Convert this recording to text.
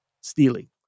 stealing